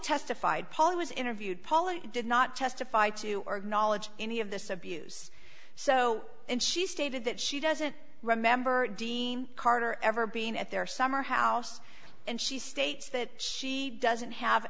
testified polly was interviewed paula did not testify to or knowledge any of this abuse so and she stated that she doesn't remember dean carter ever being at their summer house and she states that she doesn't have